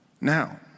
Now